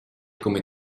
come